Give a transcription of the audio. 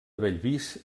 bellvís